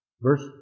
Verse